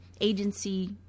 agency